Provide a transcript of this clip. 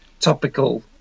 topical